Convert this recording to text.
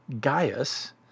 Gaius